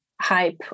hype